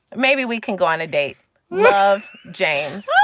maybe we can go on a date love, james.